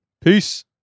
Peace